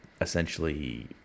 essentially